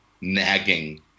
nagging